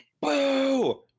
boo